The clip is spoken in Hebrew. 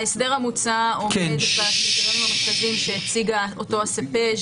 ההסדר המוצע עומד בקריטריונים שהציג ה-CPEJ